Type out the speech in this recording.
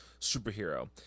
superhero